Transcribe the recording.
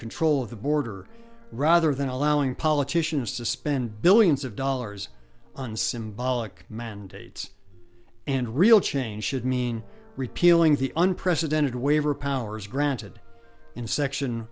control of the border rather than allowing politicians to spend billions of dollars on symbolic mandates and real change should mean repealing the unprecedented waiver powers granted in section